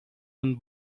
and